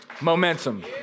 momentum